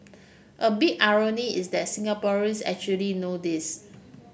a big irony is that Singaporeans actually know this